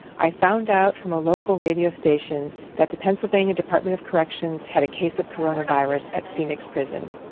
i found out from a local radio station that the pennsylvania department of corrections had a case of coronavirus at phoenix prison.